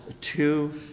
two